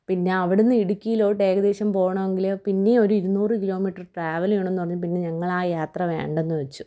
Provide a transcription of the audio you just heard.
പിന്നെ അവിടെനിന്ന് ഇടുക്കിയിലോട്ട് ഏകദേശം പോകണമെങ്കില് പിന്നെയും ഒരു ഇരുന്നൂറ് കിലോ മീറ്റർ ട്രാവലീയണോന്ന് പറഞ്ഞേപ്പിന്നെ ഞങ്ങളാ യാത്ര വേണ്ടെന്നുവച്ചു